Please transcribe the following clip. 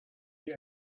die